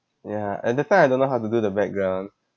ya at that time I don't know how to do the background